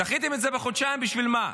דחיתם את זה בחודשיים, בשביל מה?